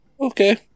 Okay